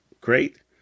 Great